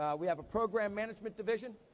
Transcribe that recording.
we have a program management division.